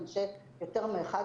נצטרך יותר מאחד,